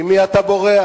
ממי אתה בורח?